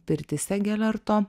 pirtyse gelerto